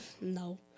No